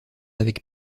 avec